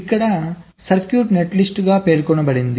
ఇక్కడ సర్క్యూట్ నెట్లిస్ట్గా పేర్కొనబడింది